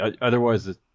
Otherwise